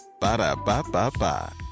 Ba-da-ba-ba-ba